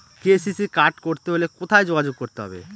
KCC card করতে হলে কোথায় যোগাযোগ করতে হবে?